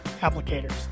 applicators